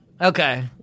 Okay